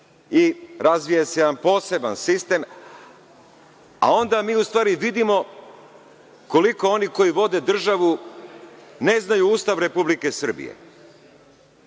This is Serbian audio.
i razvije se jedan poseban sistem, a onda mi u stvari vidimo koliko oni koji vode državu ne znaju Ustav Republike